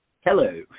Hello